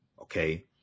okay